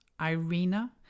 Irina